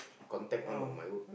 contact one on my wood